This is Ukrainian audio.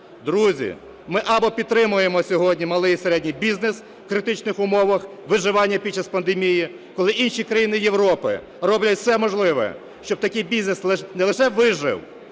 Друзі, ми або підтримаємо сьогодні малий і середній бізнес в критичних умовах виживання під час пандемії, коли інші країни Європи роблять все можливе, щоб такий бізнес не лише вижив,